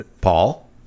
Paul